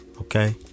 okay